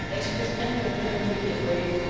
admit any of them immediately.